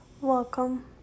welcome